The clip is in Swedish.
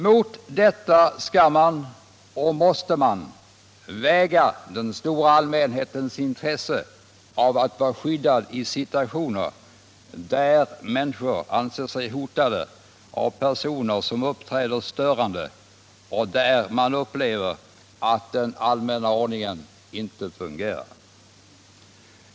Mot detta skall man, och måste man, väga den stora allmänhetens intresse av att vara skyddad i situationer där människor anser sig hotade av personer som uppträder störande, och där man upplever att den allmänna ordningen inte fungerar.